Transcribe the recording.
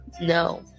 No